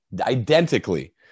identically